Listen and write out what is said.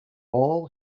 all